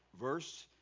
verse